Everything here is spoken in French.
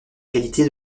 qualité